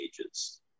ages